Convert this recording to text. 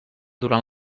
durant